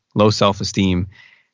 low self-esteem.